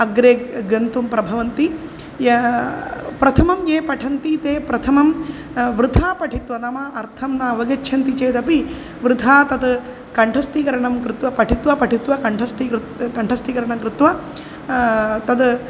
अग्रे गन्तुं प्रभवन्ति या प्रथमं ये पठन्ति ते प्रथमं वृथा पठित्वा नाम अर्थं न अवगच्छन्ति चेदपि वृथा तत् कण्ठस्थीकरणं कृत्वा पठित्वा पठित्वा कण्ठस्थीकृतं कण्ठस्थीकरणं कृत्वा तद्